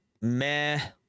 meh